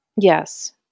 Yes